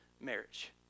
marriage